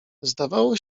zdawało